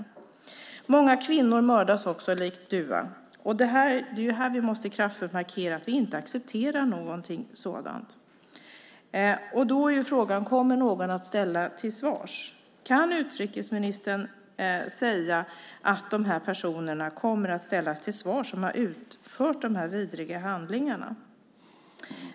Många kvinnor mördas på samma sätt som Dua. Vi måste kraftfullt markera att vi inte accepterar sådant. Frågan är om någon kommer att ställas till svars. Kan utrikesministern säga att de som utfört dessa vidriga handlingar kommer att ställas till svars?